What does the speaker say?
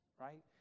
right